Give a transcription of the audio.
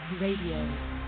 radio